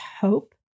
hope